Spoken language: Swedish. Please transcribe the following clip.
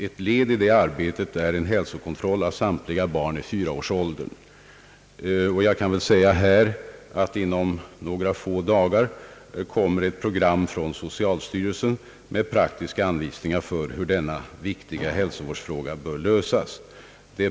Ett led i det arbetet är en hälsokontroll av samtliga barn i fyraårsåldern. Jag kan nämna, att inom några få dagar kommer ett program från socialstyrelsen med praktiska anvisningar för hur denna viktiga hälsovårdsfråga bör lösas.